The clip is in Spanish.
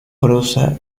prosa